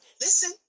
Listen